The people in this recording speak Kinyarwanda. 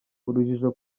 urujijo